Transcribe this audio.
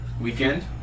Weekend